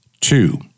Two